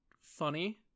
funny